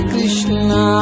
Krishna